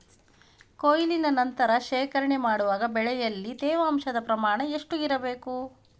ಕೊಯ್ಲಿನ ನಂತರ ಶೇಖರಣೆ ಮಾಡುವಾಗ ಬೆಳೆಯಲ್ಲಿ ತೇವಾಂಶದ ಪ್ರಮಾಣ ಎಷ್ಟು ಇರಬೇಕು?